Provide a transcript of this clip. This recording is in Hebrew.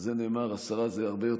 על זה נאמר עשרה זה הרבה,